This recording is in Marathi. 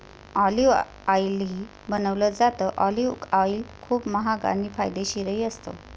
ऑलिव्ह ऑईलही बनवलं जातं, ऑलिव्ह ऑईल खूप महाग आणि फायदेशीरही असतं